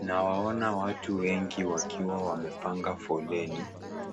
Nawaona watu wengi wakiwa wamepanga foleni,